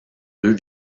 deux